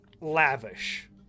lavish